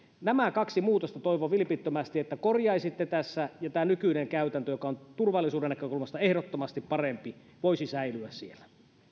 nämä kaksi muutosta toivon vilpittömästi että korjaisitte tässä ja tämä nykyinen käytäntö joka on turvallisuuden näkökulmasta ehdottomasti parempi voisi säilyä siellä